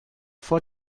for